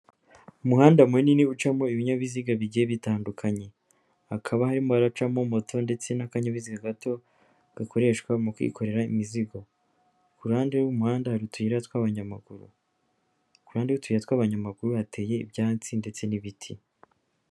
Umuhanda munini ucamo ibinyabiziga bigiye bitandukanye, hakaba harimo haracamo moto ndetse n'akanyabiziga gato gakoreshwa mu kwikorera imizigo, ku ruhande rw'umuhanda hari utuyira tw'abanyamaguru, ku ruhande rw'utuyira tw'abanyamaguru, hateye ibyatsi ndetse n'ibiti.